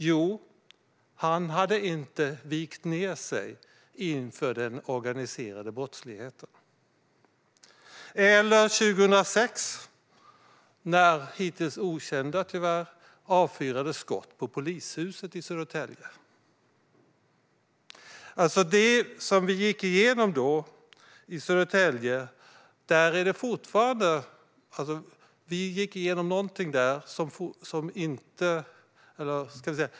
Jo, han hade inte vikt ned sig inför den organiserade brottsligheten. Eller 2006, när tyvärr än så länge okända avfyrade skott mot polishuset i Södertälje. Det som vi gick igenom i Södertälje då innebar att vi så att säga låg i täten.